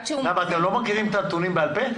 אתם לא מכירים את הנתונים בעל פה?